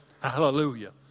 Hallelujah